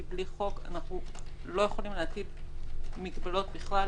כי בלי חוק אנחנו לא יכולים להטיל מגבלות בכלל,